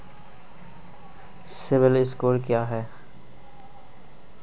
CIBIL score क्या है?